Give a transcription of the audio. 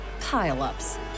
pile-ups